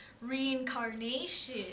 reincarnation